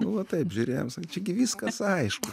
nu vai taip žiūrėjom sa čia gi viskas aišku